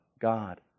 God